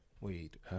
Wait